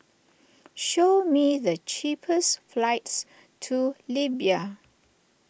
show me the cheapest flights to Libya